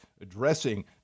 addressing